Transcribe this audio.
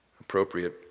appropriate